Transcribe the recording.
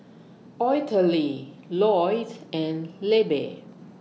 Ottilie Lloyd and Libbie